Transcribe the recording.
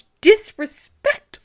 disrespectful